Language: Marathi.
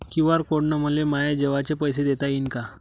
क्यू.आर कोड न मले माये जेवाचे पैसे देता येईन का?